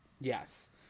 Yes